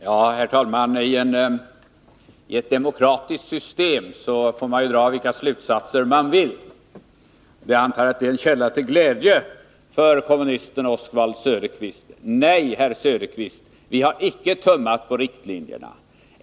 Herr talman! I ett demokratiskt system får man dra vilka slutsatser man vill. Jag antar att det är en källa till glädje för kommunisten Oswald Söderqvist. Nej, herr Söderqvist, vi har icke tummat på riktlinjerna!